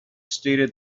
stated